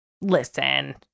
listen